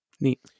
neat